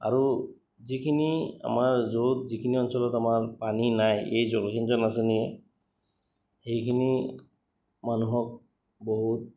আৰু যিখিনি আমাৰ য'ত যিখিনি অঞ্চলত আমাৰ পানী নাই এই জলসিঞ্চন আঁচনীয়ে সেইখিনি মানুহক বহুত